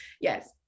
Yes